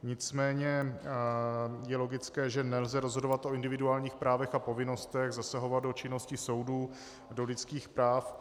Nicméně je logické, že nelze rozhodovat o individuálních právech a povinnostech, zasahovat do činnosti soudů, do lidských práv.